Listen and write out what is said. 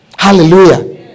Hallelujah